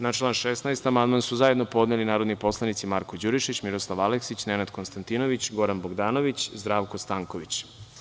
Na član 16. amandman su zajedno podneli narodni poslanici Marko Đurišić, Miroslav Aleksić, Nenad Konstantinović, Goran Bogdanović i Zdravko Stanković.